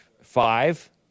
Five